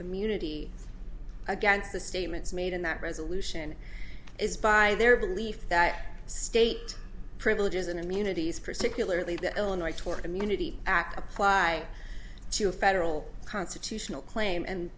immunity against the statements made in that resolution is by their belief that state privileges and immunities particularly the illinois tort immunity act applies to a federal constitutional claim and